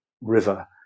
river